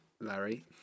Larry